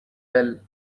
bell